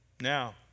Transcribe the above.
Now